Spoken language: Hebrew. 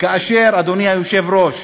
כאשר, אדוני היושב-ראש,